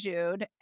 Jude